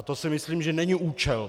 A to si myslím, že není účel.